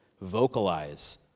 vocalize